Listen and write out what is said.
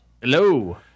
Hello